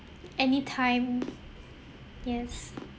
anytime yes